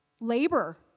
labor